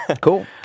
Cool